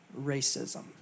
racism